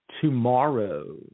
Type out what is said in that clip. tomorrow